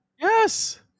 Yes